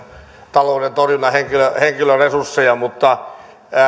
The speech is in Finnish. talouden torjunnan henkilöresursseja mutta